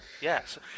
Yes